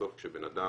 בסוף כשבן אדם